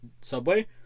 Subway